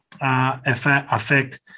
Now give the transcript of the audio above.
affect